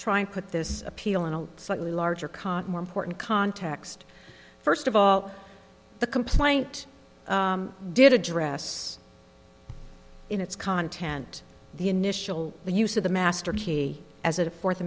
try and put this appeal in a slightly larger caught more important context first of all the complaint did address in its content the initial the use of the masterkey as a fourth